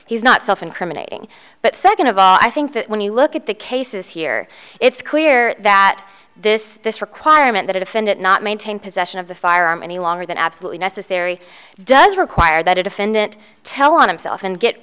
he's not self incriminating but second of all i think that when you look at the cases here it's clear that this this requirement that a defendant not maintain possession of the firearm any longer than absolutely necessary does require that a defendant tell on himself and get